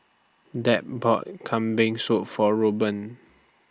Deb bought Kambing Soup For Rueben